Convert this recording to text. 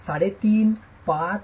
5 5 7